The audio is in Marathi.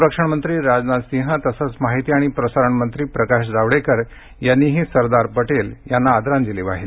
संरक्षण मंत्री राजनाथ सिंह तसंच माहिती आणि प्रसारण मंत्री प्रकाश जावडेकर यांनीही सरदार पटेल यांना आदरांजली वाहिली